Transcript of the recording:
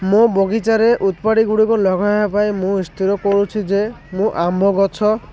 ମୋ ବଗିଚାରେ ଗୁଡ଼ିକ ଲଗାଇବା ପାଇଁ ମୁଁ ସ୍ଥିର କରୁଛି ଯେ ମୁଁ ଆମ୍ବ ଗଛ